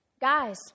Guys